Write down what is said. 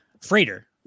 Freighter